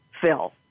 Phil